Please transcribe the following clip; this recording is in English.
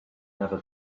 never